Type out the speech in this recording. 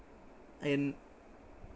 and